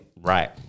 right